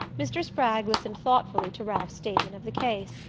mr. spragg listened thoughtfully to ralph's statement of the case,